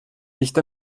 nicht